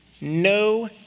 no